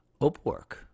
Upwork